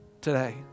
today